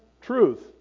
truth